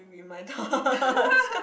read my thoughts